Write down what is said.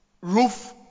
roof